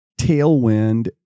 tailwind